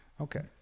okay